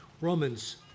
Romans